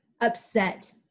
upset